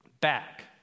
back